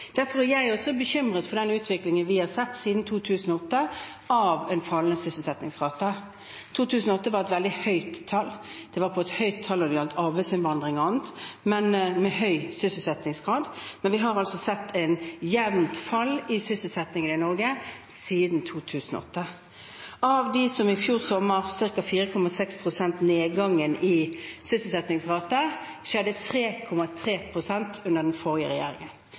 Derfor er også jeg bekymret over den utviklingen vi har sett siden 2008, med en fallende sysselsettingsrate. I 2008 var det et veldig høyt tall, det var et høyt tall når det gjaldt arbeidsinnvandring og annet, men høy sysselsettingsgrad. Men vi har sett et jevnt fall i sysselsettingen i Norge siden 2008. Av det som var i fjor sommer – ca. 4,6 pst. nedgang i sysselsettingsrate – skjedde 3,3 pst. under den forrige regjeringen.